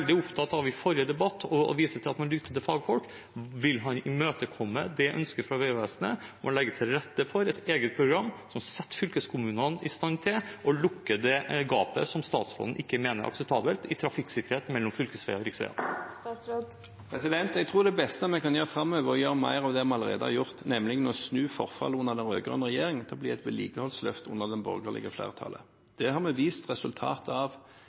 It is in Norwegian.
veldig opptatt av i forrige debatt og viste til at man lytter til fagfolk? Vil han imøtekomme ønsket fra Vegvesenet om å legge til rette for et eget program som setter fylkeskommunene i stand til å lukke det gapet mellom fylkesveier og riksveier når det gjelder trafikksikkerhet, som statsråden mener ikke er akseptabelt? Jeg tror det beste vi kan gjøre framover, er å gjøre mer av det vi allerede har gjort, nemlig å snu forfallet under den rød-grønne regjeringen til å bli et vedlikeholdsløft under det borgerlige flertallet. Det har vi vist resultater av.